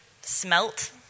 smelt